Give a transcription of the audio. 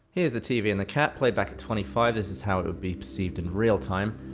here's the tv and the cat played back at twenty five this is how it would be perceived in real time.